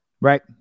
right